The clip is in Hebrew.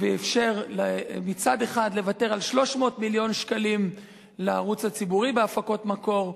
ואפשר מצד אחד לוותר על 300 מיליון שקלים לערוץ הציבורי בהפקות מקור,